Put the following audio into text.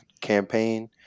campaign